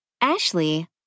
Ashley